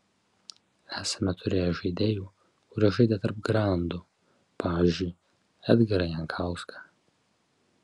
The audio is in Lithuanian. esame turėję žaidėjų kurie žaidė tarp grandų pavyzdžiui edgarą jankauską